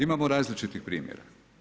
Imamo različitih primjera.